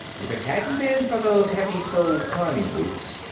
if it hadn't been for those heavy-soled climbing boots,